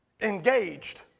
Engaged